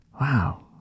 Wow